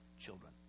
children